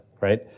right